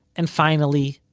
and finally,